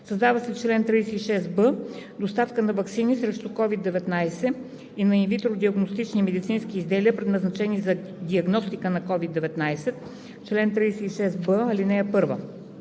Създава се чл. 36б: „Доставка на ваксини срещу COVID-19 и на ин витро диагностични медицински изделия, предназначени за диагностика на COVID-19 Чл. 36б. (1)